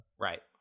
Right